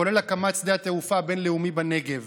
כולל הקמת שדה התעופה הבין-לאומי בנגב